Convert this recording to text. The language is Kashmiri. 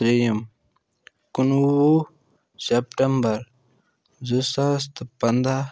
ترٛیٚیِم کُنوُہ سیپٹمبَر زٕ ساس تہٕ پَنٛداہ